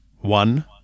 one